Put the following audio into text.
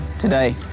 today